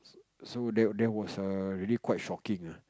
so that that was really quite shocking ah